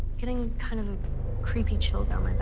getting kind of a creepy chill down